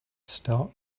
start